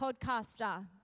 podcaster